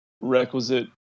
requisite